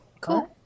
Cool